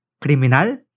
criminal